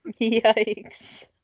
Yikes